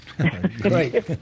Great